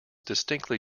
distinctly